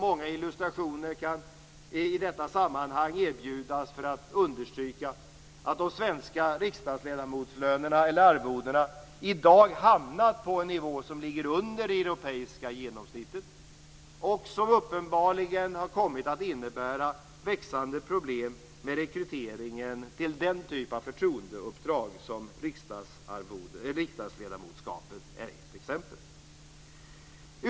Många illustrationer kan i detta sammanhang erbjudas för att understryka att de svenska riksdagsledamotsarvodena i dag hamnar på en nivå som ligger under det europeiska genomsnittet, och som uppenbarligen har kommit att innebära växande problem med rekryteringen till den typ av förtroendeuppdrag som riksdagsledamotskapet är ett exempel på.